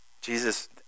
Jesus